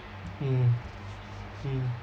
mm mm